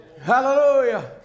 Hallelujah